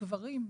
גברים,